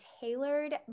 tailored